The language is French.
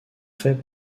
faits